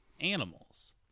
animals